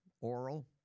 Oral